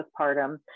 postpartum